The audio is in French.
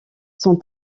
son